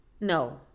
No